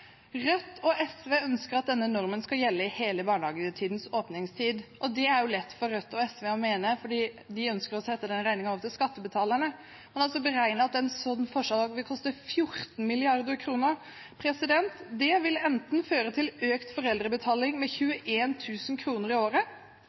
Rødt og SV ønsker at denne normen skal gjelde i hele barnehagens åpningstid. Det er lett for Rødt og SV å mene, for de ønsker å sende den regningen over til skattebetalerne. Man har beregnet at dette vil koste 14 mrd. kr. Det vil enten føre til økt foreldrebetaling med